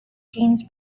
genes